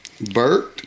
Bert